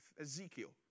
Ezekiel